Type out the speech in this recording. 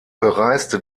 bereiste